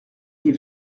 est